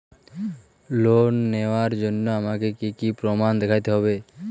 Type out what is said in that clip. Loan নেওয়ার জন্য আমাকে কী কী প্রমাণ দেখতে হবে?